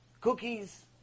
Cookies